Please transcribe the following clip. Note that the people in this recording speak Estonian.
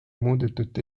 muudetud